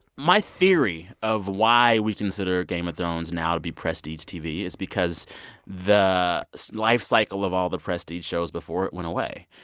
my theory of why we consider game of thrones now to be prestige tv is because the lifecycle of all the prestige shows before it went away.